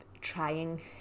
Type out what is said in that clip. trying